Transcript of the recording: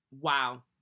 Wow